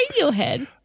Radiohead